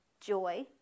joy